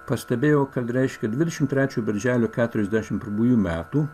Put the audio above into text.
pastebėjau kad reiškia dvidešimt trečią birželio keturiasdešimt pirmųjų metų